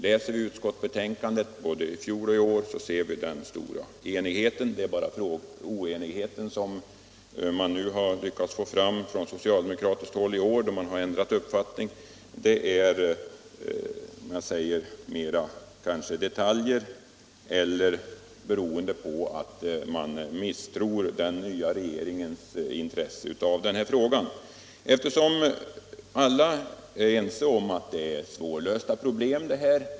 Läser man utskottsbetänkandena från i fjol och i år finner man att det råder stor enighet. Den oenighet som man från socialdemokratiskt håll har lyckats få fram i år gäller mera detaljer, eller är kanske beroende på att man misstror den nya regeringens intresse för den här frågan. Alla är ense om att det är svårlösta problem.